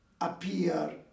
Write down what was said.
appear